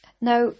Now